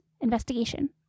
investigation